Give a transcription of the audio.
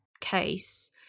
case